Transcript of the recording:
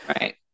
right